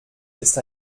ist